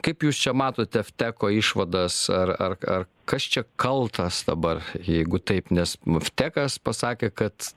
kaip jūs čia matote teko išvadas ar arka kas čia kaltas dabar jeigu taip nes bufete kas pasakė kad